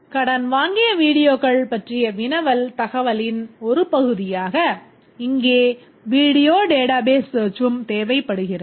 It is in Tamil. கடன் வாங்கிய வீடியோக்கள் பற்றிய வினவல் தகவலின் ஒரு பகுதியாக இங்கே வீடியோ database search ம் தேவைப்படுகிறது